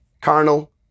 Carnal